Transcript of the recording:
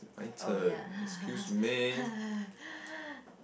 oh ya